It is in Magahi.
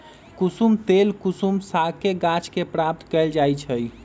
कुशुम तेल कुसुम सागके गाछ के प्राप्त कएल जाइ छइ